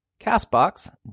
CastBox